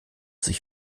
sich